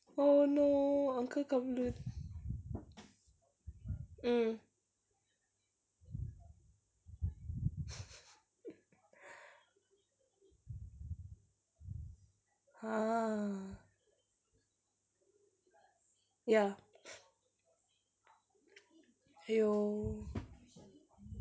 oh no uncle kumhon mm !huh! ya !aiyo!